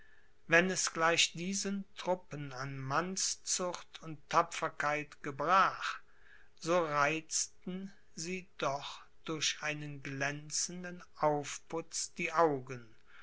wenn es gleich diesen truppen an mannszucht und tapferkeit gebrach so reizten sie doch durch einen glänzenden aufputz die augen